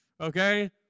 Okay